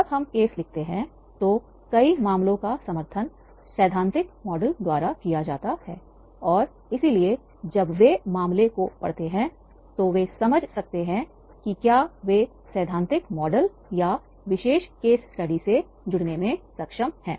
जब हम केस लिखते हैं तो कई मामलों का समर्थन सैद्धांतिक मॉडल द्वारा किया जाता है और इसलिए जब वे मामले को पढ़ते हैं तो वे समझ सकते हैं कि क्या वे सैद्धांतिक मॉडल या इस विशेष केस स्टडी से जुड़ने में सक्षम हैं